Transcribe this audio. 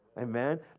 Amen